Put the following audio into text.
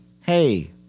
hey